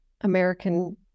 American